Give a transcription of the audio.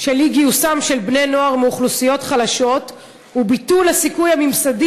של אי-גיוסם של בני-נוער מאוכלוסיות חלשות וביטול הסיכוי הממסדי